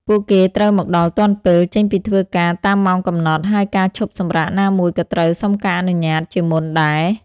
ពួកគេត្រូវមកដល់ទាន់ពេល ចេញពីធ្វើការតាមម៉ោងកំណត់ ហើយការឈប់សម្រាកណាមួយក៏ត្រូវសុំការអនុញ្ញាតជាមុនដែរ។